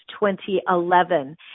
2011